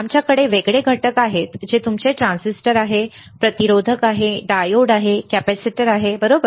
आमच्याकडे वेगळे घटक आहेत जे तुमचे ट्रान्झिस्टर आहेत प्रतिरोधक आहेत डायोड आहेत कॅपेसिटर आहेत बरोबर